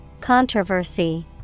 Controversy